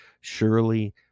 surely